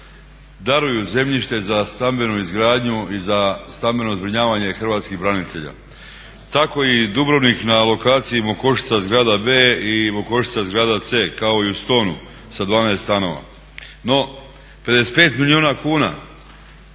daruju zemljište za stambenu izgradnju i stambeno zbrinjavanje hrvatskih branitelja. Tako je i Dubrovnik na lokaciji Mokošica zgrada b i Mokošica zgrada c kao i u Stonu sa 12 stanova, no 55 milijuna kuna